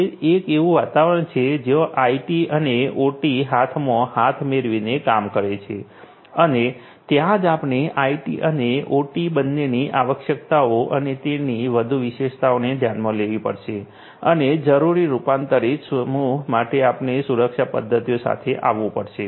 તે એક એવું વાતાવરણ છે કે જ્યાં આઇટી અને ઓટી હાથમાં હાથ મેળવીને કામ કરે છે અને ત્યાં જ આપણે આઇટી અને ઓટી બંનેની આવશ્યકતાઓ અને તેથી વધુ વિશેષતાઓને ધ્યાનમાં લેવી પડશે અને જરૂરી રૂપાંતરિત સમૂહ માટે આપણે સુરક્ષા પદ્ધતિઓ સાથે આવવું પડશે